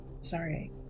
Sorry